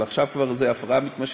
אבל עכשיו זו כבר הפרעה מתמשכת,